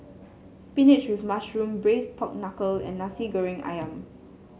spinach with mushroom Braised Pork Knuckle and Nasi Goreng ayam